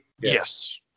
Yes